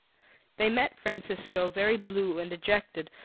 they met francisco, very blue and dejected,